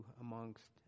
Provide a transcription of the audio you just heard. amongst